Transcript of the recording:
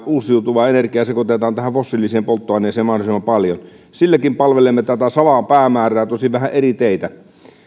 uusiutuvaa energiaa sekoitetaan fossiiliseen polttoaineeseen mahdollisimman paljon silläkin palvelemme tätä samaa päämäärää tosin vähän eri teitä